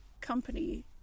company